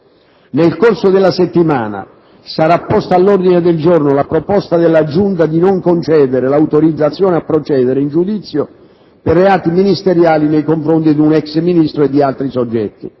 Nel corso della settimana sarà posta all'ordine del giorno la proposta della Giunta di non concedere l'autorizzazione a procedere in giudizio per reati ministeriali nei confronti di un ex Ministro e di altri soggetti.